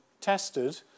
tested